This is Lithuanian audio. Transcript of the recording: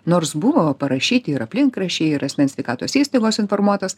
nors buvo parašyti ir aplinkraščiai ir asmens sveikatos įstaigos informuotas